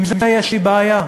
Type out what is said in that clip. עם זה יש לי בעיה.